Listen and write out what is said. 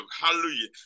Hallelujah